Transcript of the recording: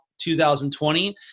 2020